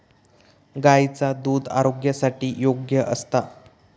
गायीचा दुध आरोग्यासाठी योग्य असता